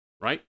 right